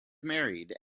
married